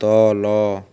ତଳ